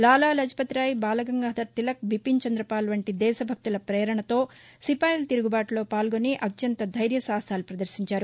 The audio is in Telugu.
లాలాలజపతిరాయ్ బాలగంగాధర్తిలక్ బిపిన్ చంద్రపాల్ వంటి దేశభక్తుల పేరణతో సిపాయల తిరుగుబాటులో పాల్గొని అత్యంత ధైర్మసాహసాలు పదర్భించారు